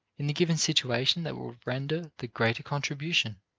in the given situation that will render the greater contribution.